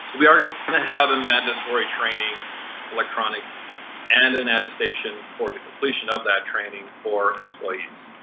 we are gonna gonna have a mandatory training electronic and an attestation for the completion of that training for employees.